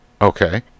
Okay